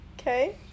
Okay